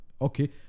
okay